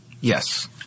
Yes